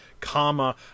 comma